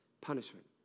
Punishment